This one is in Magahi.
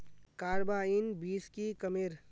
कार्बाइन बीस की कमेर?